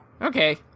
Okay